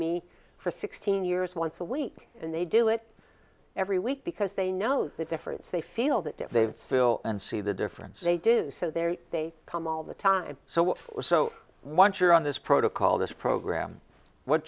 me for sixteen years once a week and they do it every week because they know the difference they feel that they've still and see the difference they do so they come all the time so what's so once you're on this protocol this program what